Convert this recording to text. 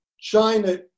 China